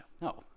no